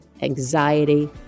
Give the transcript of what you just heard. anxiety